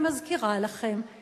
אני מזכירה לכם,